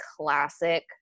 classic